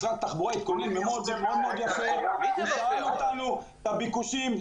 משרד התחבורה התכונן מאוד יפה ושאל אותנו לביקושים,